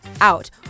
out